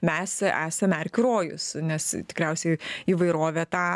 mes esam erkių rojus nes tikriausiai įvairovę tą